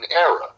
era